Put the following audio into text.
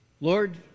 Lord